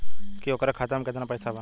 की ओकरा खाता मे कितना पैसा बा?